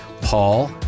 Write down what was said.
Paul